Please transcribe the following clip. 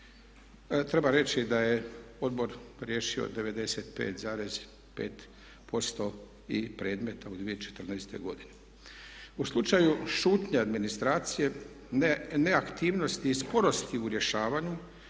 Treba reći da je odbor riješio 95,5% i predmeta u 2014. godini. U slučaju šutnje administracije, neaktivnosti i sporosti u rješavanju